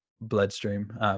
bloodstream